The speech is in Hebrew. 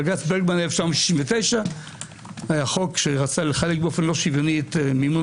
זה בג"ץ ברגמן 1969. היה חוק שרצה לחלק באופן לא שוויוני את מימון